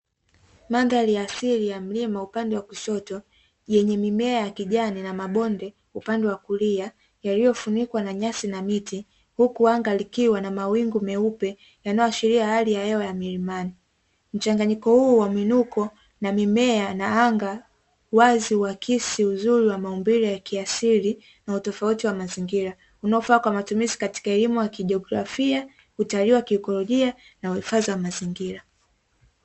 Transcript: Mandhari ya asili ya mlima upande wa kushoto, yenye mimea ya kijani na mabonde upande wa kulia, yaliyofunikwa na nyasi na miti, huku anga likiwa na mawingu meupe yanayoashiria hali ya hewa ya milimani. Mchanganyiko huu wa minuko na mimea na anga wazi huakisi uzuri wa maumbile ya kiasili na utofauti wa mazingira unaofaa kwa matumizi katika elimu ya kijiografia, utalii wa kiekolojia na uhifadhi wa mazingira.